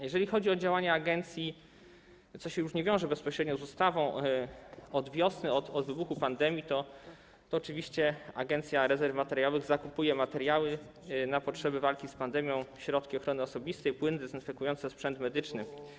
Jeżeli chodzi o działania agencji, co się już nie wiąże bezpośrednio z ustawą, od wiosny, od wybuchu pandemii to oczywiście Agencja Rezerw Materiałowych zakupuje materiały na potrzeby walki z pandemią: środki ochrony osobistej, płyny dezynfekujące, sprzęt medyczny.